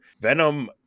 Venom